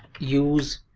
use